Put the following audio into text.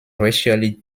racially